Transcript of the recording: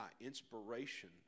inspiration